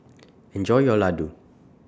Enjoy your Laddu